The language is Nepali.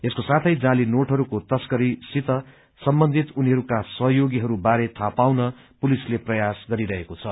यसको साथै जाती नोटहरूको तश्कारीसित सम्बन्धित उनीहरूका सहयोगीहरू बारे थाहा पाउन पुलिसले प्रयास गरिरहेको छ